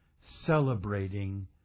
Celebrating